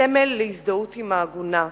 סמל להזדהות עם העגונה,